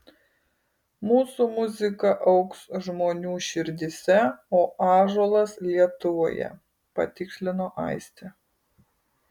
mūsų muzika augs žmonių širdyse o ąžuolas lietuvoje patikslino aistė